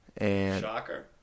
Shocker